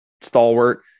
stalwart